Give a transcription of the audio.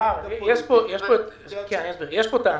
יש פה טענה.